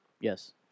Yes